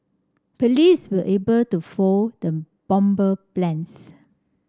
police were able to foil the bomber plans